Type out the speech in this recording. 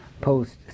post